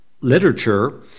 literature